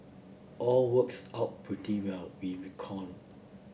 all works out pretty well we reckon